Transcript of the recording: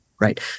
Right